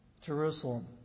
Jerusalem